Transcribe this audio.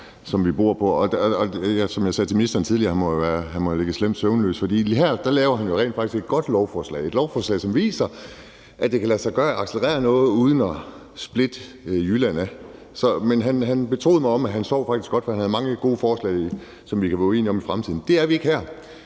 Som jeg sagde tidligere til ministeren, må han jo ligge slemt søvnløs. For her laver han jo rent faktisk et godt lovforslag. Det er et lovforslag, som viser, at det kan lade sig gøre at accelerere noget uden at splitte Jylland ad. Men han betroede mig, at han faktisk sov godt, fordi han har mange gode forslag, som vi kan blive enige om i fremtiden. Det er vi ikke her.